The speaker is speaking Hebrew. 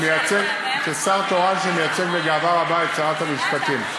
כשר תורן שמייצג בגאווה רבה את שרת המשפטים.